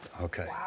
Okay